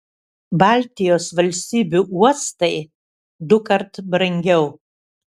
baltijos valstybių uostai dukart brangiau